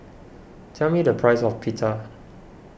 tell me the price of Pita